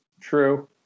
True